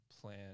plan